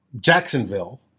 Jacksonville